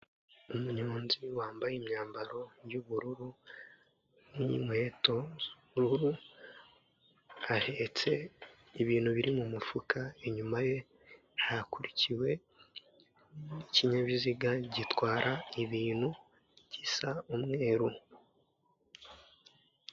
Umunyonzi wambaye imyambaro y'ubururu n'inkweto z'ubururu ahetse ibintu biri mu mufuka inyuma ye hakurikiwe n'ikinyabiziga gitwara ibintu gisa umweru.